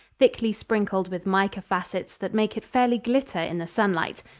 thickly sprinkled with mica facets that make it fairly glitter in the sunlight.